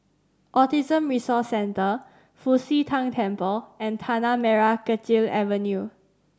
Autism Resource Centre Fu Xi Tang Temple and Tanah Merah Kechil Avenue